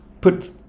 put